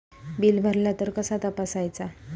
Bill भरला तर कसा तपसायचा?